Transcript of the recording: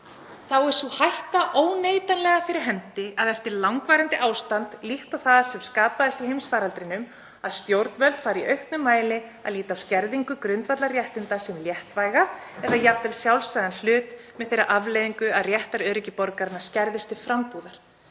hætta virðist óneitanlega fyrir hendi að eftir langvarandi ástand, líkt og það sem skapaðist í heimsfaraldrinum, fari stjórnvöld í auknum mæli að líta á skerðingu grundvallarréttinda sem léttvæga eða jafnvel sjálfsagðan hlut með þeirri afleiðingu að réttaröryggi borgaranna skerðist til frambúðar.